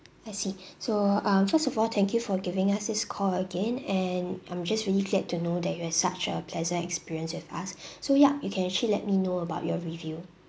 I see so uh first of all thank you for giving us this call again and I'm just really glad to know that you had such a pleasant experience with us so yup you can actually let me know about your review